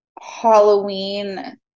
Halloween